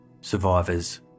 Survivors